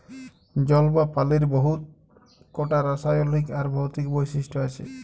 জল বা পালির বহুত কটা রাসায়লিক আর ভৌতিক বৈশিষ্ট আছে